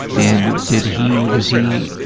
and did he. was he.